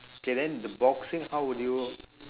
okay then the boxing how would you